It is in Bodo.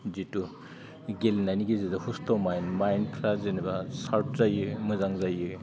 जिथु गेलेनायनि गेजेरजों हुस्थ' माइन्द माइन्दफ्रा जेनेबा सार्प जायो मोजां जायो